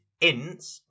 ints